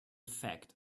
fact